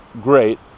great